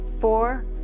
four